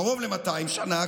קרוב ל-200 שנה,